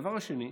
הדבר השני,